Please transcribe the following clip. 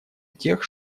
тех